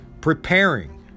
preparing